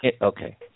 okay